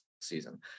season